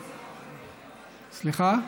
סליחה?